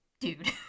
Dude